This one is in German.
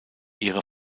ihre